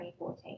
2014